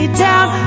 down